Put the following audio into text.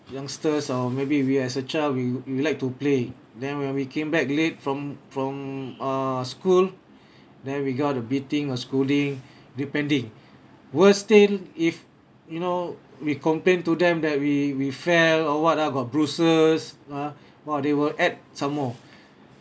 youngsters or maybe we as a child we we like to play then when we came back late from from uh school then we got the beating or scolding depending worse still if you know we complain to them that we we fell or what ah got bruises ah !wah! they will add some more